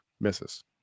misses